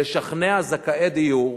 לשכנע זכאי דיור